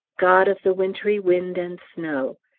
god of the wintry wind and snow,